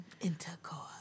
Intercourse